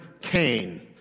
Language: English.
Cain